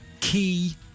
key